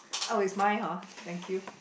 oh it's mine hor thank you